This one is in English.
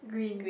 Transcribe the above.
green